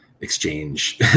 exchange